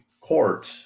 courts